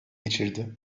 geçirdi